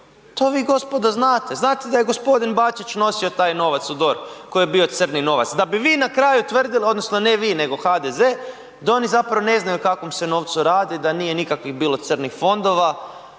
To vi gospodo znate, znate da je gospodin Bačić nosio taj novac u DORH koji je bio crni novac, da bi na kraju tvrdili odnosno ne vi nego HDZ da oni zapravo ne znaju o kakvom se novcu radi, da nije nikakvih bilo crnih fondova,